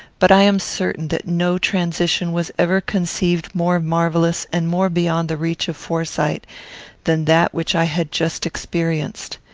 but i am certain that no transition was ever conceived more marvellous and more beyond the reach of foresight than that which i had just experienced.